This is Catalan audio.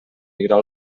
migrar